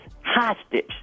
hostage